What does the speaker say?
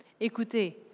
Écoutez